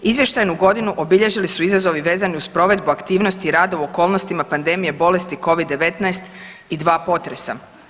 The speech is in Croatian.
Izvještajnu godinu obilježili su izazovi vezani uz provedbu aktivnosti rada u okolnostima pandemije bolesti covid-19 i dva potresa.